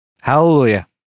Hallelujah